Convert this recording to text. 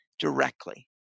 directly